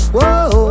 Whoa